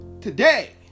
today